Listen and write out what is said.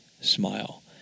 smile